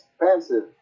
expensive